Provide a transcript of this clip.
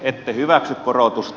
ette hyväksy korotusta